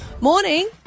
morning